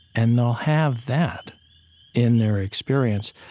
and they'll have that in their experience.